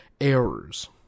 errors